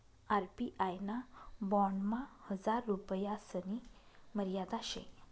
RBI ना बॉन्डमा हजार रुपयासनी मर्यादा शे